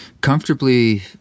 comfortably